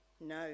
No